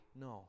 No